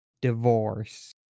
divorce